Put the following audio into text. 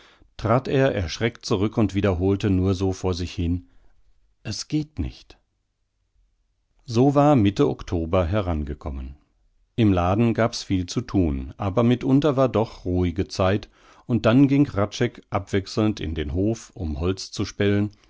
trat er erschreckt zurück und wiederholte nur so vor sich hin es geht nicht so war mitte oktober heran gekommen im laden gab's viel zu thun aber mitunter war doch ruhige zeit und dann ging hradscheck abwechselnd in den hof um holz zu spellen